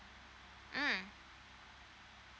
mm